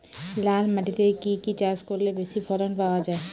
লাল মাটিতে কি কি চাষ করলে বেশি ফলন পাওয়া যায়?